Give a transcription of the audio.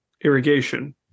irrigation